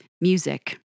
music